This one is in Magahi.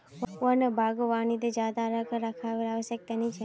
वन बागवानीत ज्यादा रखरखावेर आवश्यकता नी छेक